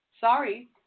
Sorry